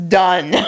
done